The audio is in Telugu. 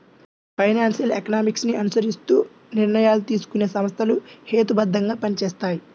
ఫైనాన్షియల్ ఎకనామిక్స్ ని అనుసరిస్తూ నిర్ణయాలు తీసుకునే సంస్థలు హేతుబద్ధంగా పనిచేస్తాయి